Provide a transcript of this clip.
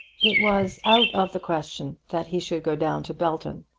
it was out of the question that he should go down to belton.